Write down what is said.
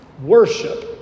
Worship